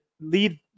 lead